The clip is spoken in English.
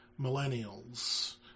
millennials